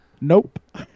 Nope